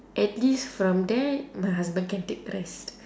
at least from there my husband can take rest